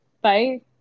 bye